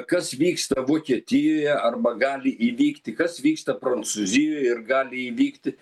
kas vyksta vokietijoje arba gali įvykti kas vyksta prancūzijoj ir gali įvykti